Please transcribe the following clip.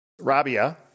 Rabia